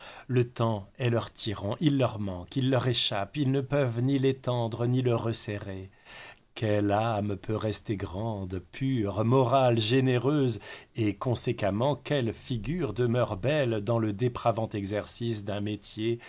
le temps est leur tyran il leur manque il leur échappe ils ne peuvent ni l'étendre ni le resserrer quelle âme peut rester grande pure morale généreuse et conséquemment quelle figure demeure belle dans le dépravant exercice d'un métier